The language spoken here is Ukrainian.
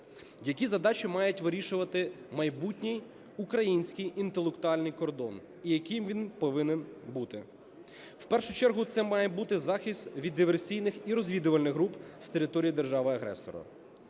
Які задачі має вирішувати майбутній український інтелектуальний кордон і яким він повинен бути? В першу чергу це має бути захист від диверсійних і розвідувальних груп з території держави-агресора;